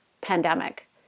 pandemic